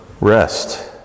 rest